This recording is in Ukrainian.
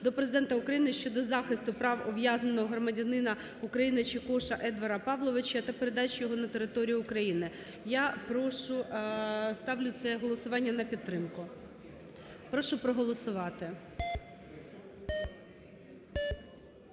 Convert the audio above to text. до Президента України щодо захисту прав ув’язненого громадянина України Чикоша Едварда Павловича та передачу його на територію України. Я прошу, ставлю це голосування на підтримку. Прошу проголосувати.